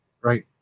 Right